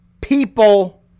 people